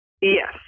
Yes